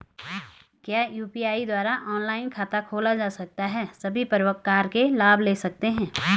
क्या यु.पी.आई द्वारा ऑनलाइन खाता खोला जा सकता है सभी प्रकार के लाभ ले सकते हैं?